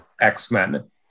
X-Men